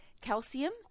calcium